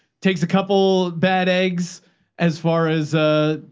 takes a couple bad eggs as far as, ah,